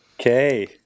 Okay